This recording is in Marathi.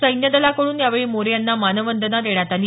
सैन्यदलाकडून यावेळी मोरे यांना मानवंदना देण्यात आली